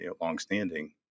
longstanding